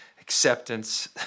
acceptance